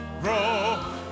grow